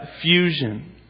fusion